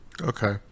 Okay